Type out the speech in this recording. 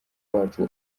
wacu